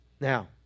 Now